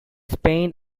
spain